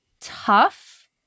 tough